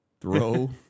throw